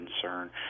concern